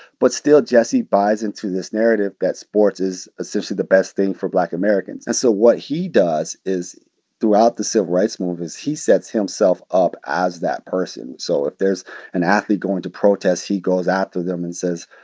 but still, jesse buys into this narrative that sports is essentially the best thing for black americans. and so what he does is throughout the civil rights movement is he sets himself up as that person. so if there's an athlete going to protest, he goes after them and says,